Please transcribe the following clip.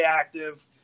active